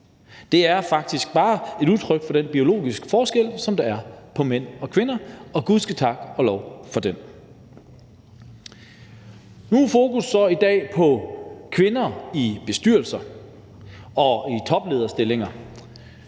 Det er faktisk bare et udtryk for den biologiske forskel, der er på mænd og kvinder – og gudskelov for den. Nu er fokus i dag så på kvinder i bestyrelser og i toplederstillinger,